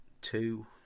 two